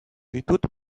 ditut